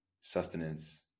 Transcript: sustenance